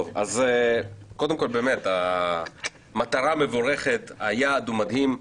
אז המטרה מבורכת, היעד מדהים.